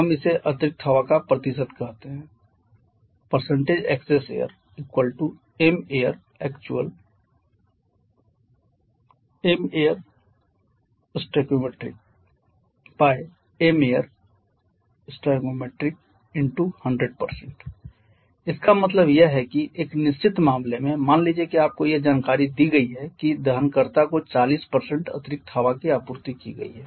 हम इसे अतिरिक्त हवा का प्रतिशत कहते हैं access airmairactual mairstoimairstoi100 इसका मतलब यह है कि एक निश्चित मामले में मान लीजिए कि आपको यह जानकारी दी गई है कि दहनकर्ता को 40 अतिरिक्त हवा की आपूर्ति की गई है